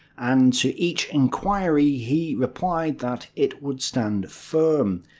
and to each inquiry he replied that it would stand firm.